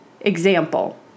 example